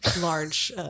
large